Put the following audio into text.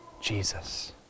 Jesus